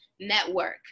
network